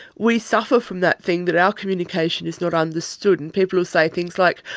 we suffer from that thing that our communication is not understood, and people will say things like,